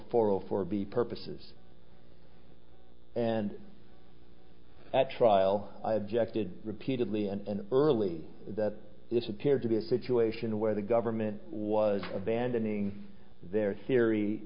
hundred four b purposes and at trial i objected repeatedly and early that this appeared to be a situation where the government was abandoning their theory